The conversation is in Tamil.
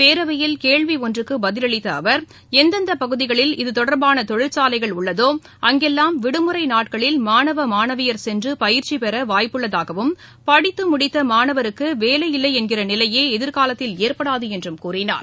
பேரவையில் கேள்வி ஒன்றுக்கு பதிலளித்த அவர் எந்தெந்த பகுதிகளில் இது தொடர்பான தொழிற்சாலைகள் உள்ளதோ அங்கெல்லாம் விடுமுறை நாட்களில் மாணவ மாணவியர் சென்று பயிற்சி பெற வாய்ப்புள்ளதாகவும் படித்துமுடித்த மாணவருக்கு வேலையில்லை என்கின்ற நிலையே எதிர்காலத்தில் ஏற்படாது என்றும் கூறினார்